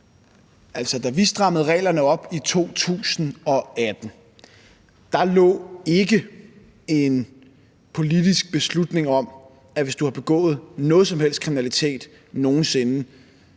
Da vi strammede reglerne op i 2018, lå der ikke en politisk beslutning om, at hvis du har begået noget som helst kriminalitet nogen sinde,